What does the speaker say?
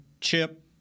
chip